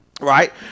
Right